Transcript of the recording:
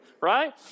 Right